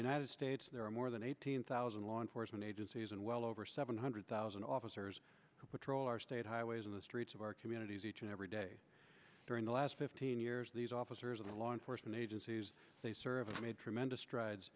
united states there are more than eighteen thousand law enforcement agencies and well over seven hundred thousand officers who patrol our state highways on the streets of our communities each and every day during the last fifteen years these officers and the law enforcement agencies they serve made tremendous strides